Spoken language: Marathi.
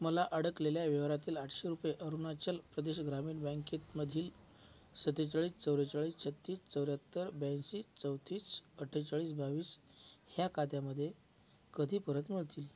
मला अडकलेल्या व्यवहारातील आठशे रुपये अरुणाचल प्रदेश ग्रामीण बँकेमधील सत्तेचाळीस चव्वेचाळीस छत्तीस चौऱ्याहत्तर ब्याऐंशी चौतीस अठ्ठेचाळीस बावीस ह्या खात्यामध्ये कधी परत मिळतील